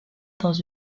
dans